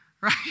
Right